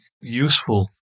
useful